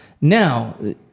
Now